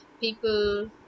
people